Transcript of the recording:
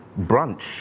brunch